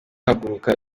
haguruka